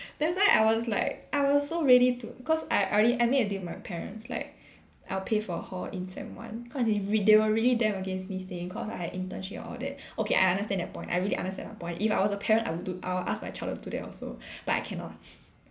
that's why I was like I was so ready to cause I I already I made a deal with my parents like I'll pay for hall in sem one cause they re~ they were really damn against me staying cause I had internship and all that okay I understand that point I really understand that point if I was a parent I will do I will ask my child to do that also but I cannot